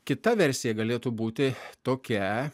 kita versija galėtų būti tokia